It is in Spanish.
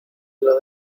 los